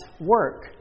work